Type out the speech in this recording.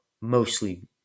mostly